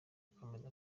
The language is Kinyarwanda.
akomeza